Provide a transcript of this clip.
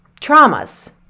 traumas